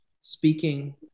speaking